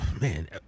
man